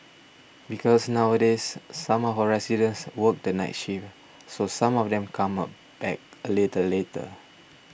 because nowadays some of our residents work the night shift so some of them come up back a little later